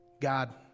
God